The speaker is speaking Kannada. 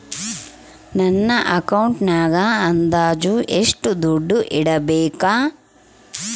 ನನ್ನ ಅಕೌಂಟಿನಾಗ ಅಂದಾಜು ಎಷ್ಟು ದುಡ್ಡು ಇಡಬೇಕಾ?